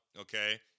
okay